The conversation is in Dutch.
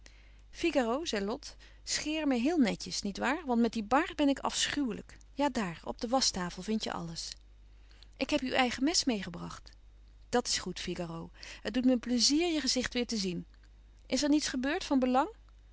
figaro zei lot scheer me heel netjes niet waar want met die baard ben ik afschuwelijk ja daar op de waschtafel vind je alles ik heb uw eigen mes meêgebracht dat is goed figaro het doet me pleizier je gezicht weêr te zien is er niets gebeurd van belang